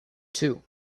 two